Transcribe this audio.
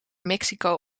mexico